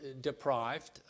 deprived